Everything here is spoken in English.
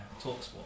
Talksport